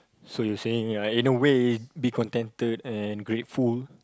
so you're saying in a way be contented and grateful